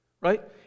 right